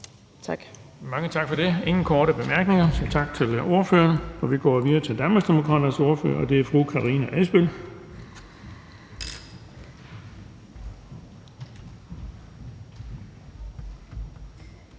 Mange tak for det. Der er ingen korte bemærkninger, så tak til ordføreren. Vi går videre til Danmarksdemokraternes ordfører, og det er fru Karina Adsbøl.